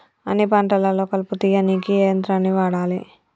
అన్ని పంటలలో కలుపు తీయనీకి ఏ యంత్రాన్ని వాడాలే?